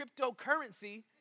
cryptocurrency